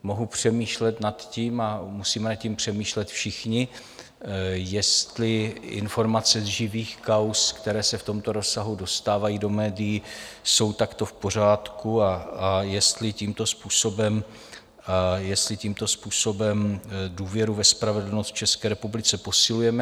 Mohu přemýšlet nad tím a musíme nad tím přemýšlet všichni, jestli informace z živých kauz, které se v tomto rozsahu dostávají do médií, jsou takto v pořádku a jestli tímto způsobem, jestli tímto způsobem důvěru ve spravedlnost v České republice posilujeme.